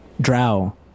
drow